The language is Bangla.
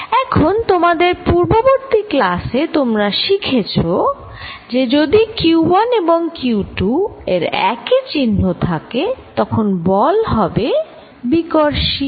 এখন তোমাদের পূর্ববর্তী ক্লাসে তোমরা শিখেছ যদি q1 এবং q2 এর একই চিহ্ন থাকে তখন বল হবে বিকর্ষী